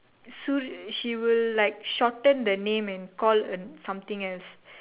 so she will like shorten the name and call uh something else